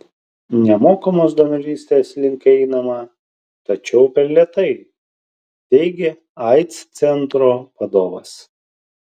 nemokamos donorystės link einama tačiau per lėtai teigė aids centro vadovas